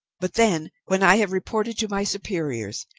but then, when i have reported to my superiors,